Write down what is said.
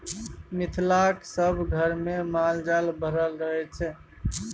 मिथिलाक सभ घरमे माल जाल भरल रहय छै